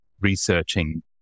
researching